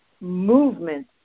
movement